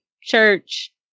church